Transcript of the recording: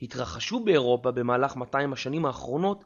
התרחשו באירופה במהלך 200 השנים האחרונות